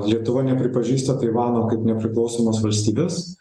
lietuva nepripažįsta taivano kaip nepriklausomos valstybės